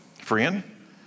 Friend